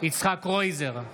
יצחק קרויזר,